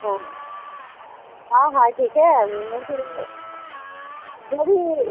हाँ हाँ हाँ हाँ ठीक है मुझे जो भी है